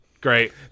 Great